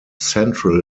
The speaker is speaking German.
central